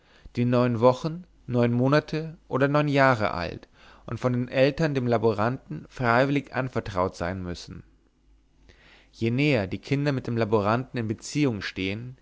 die neun wochen neun monate oder neun jahre alt und von den eltern dem laboranten freiwillig anvertraut sein müssen je näher die kinder mit dem laboranten in beziehung stehen